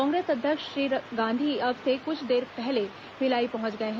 कांग्रेस अध्यक्ष श्री गांधी अब से कुछ देर पहले भिलाई पहुंच गए हैं